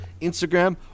Instagram